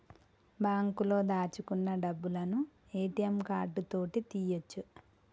బాంకులో దాచుకున్న డబ్బులను ఏ.టి.యం కార్డు తోటి తీయ్యొచు